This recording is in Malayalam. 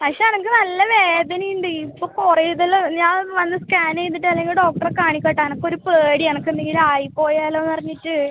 പക്ഷെ എനിക്ക് നല്ല വേദന ഉണ്ട് ഇപ്പോൾ കുറെ ഇത് എല്ലാം ഞാൻ വന്ന് സ്കാന് ചെയ്തിട്ട് അല്ലെങ്കിൽ ഡോക്ടറെ കാണിക്കട്ടെ എനിക്ക് ഒരു പേടി എനിക്ക് എന്തെങ്കിലും ആയിപ്പോയാലോന്ന് പറഞ്ഞിട്ട്